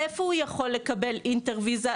איפה הוא יכול לקבל אינטר-ויזה.